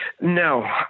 No